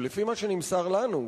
ולפי מה שנמסר לנו,